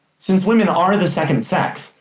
since women are the second sex,